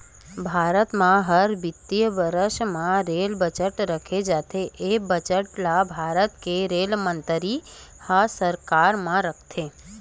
भारत म हर बित्तीय बरस म रेल बजट राखे जाथे ए बजट ल भारत के रेल मंतरी ह संसद म रखथे